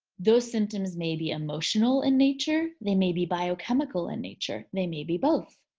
those symptoms may be emotional in nature they may be biochemical in nature, they may be both.